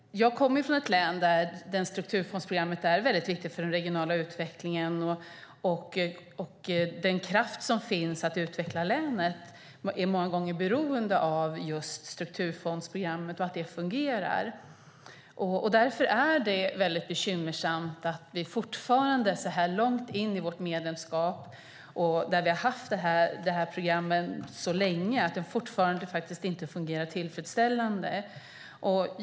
Jag kommer från ett län där strukturfondsprogrammen är väldigt viktiga för den regionala utvecklingen. Den kraft som finns för att utveckla länet är många gånger beroende av att strukturfondsprogrammet fungerar. Därför är det bekymmersamt att vi så här långt in i vårt medlemskap - vi har ju haft de här programmen länge - fortfarande inte fungerar tillfredsställande.